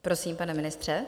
Prosím, pane ministře.